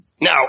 Now